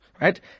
Right